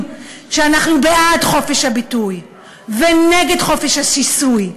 שאנחנו בעד חופש הביטוי ונגד חופש השיסוי,